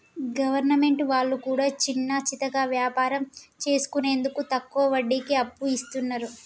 government వాళ్లు కూడా చిన్నాచితక వ్యాపారం చేసుకునేందుకు తక్కువ వడ్డీకి అప్పు ఇస్తున్నరు